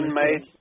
made